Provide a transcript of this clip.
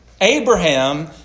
Abraham